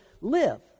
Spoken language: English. live